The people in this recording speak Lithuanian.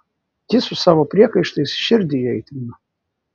ji su savo priekaištais širdį įaitrino